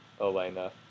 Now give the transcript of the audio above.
Elena